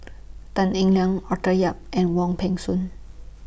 Tan Eng Liang Arthur Yap and Wong Peng Soon